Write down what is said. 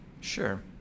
Sure